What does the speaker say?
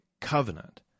Covenant